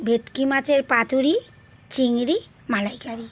ভেটকি মাচের পাতুরি চিংড়ি মালাইকারি